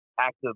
active